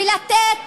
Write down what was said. ולתת,